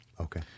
Okay